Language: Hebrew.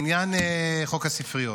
בעניין חוק הספריות.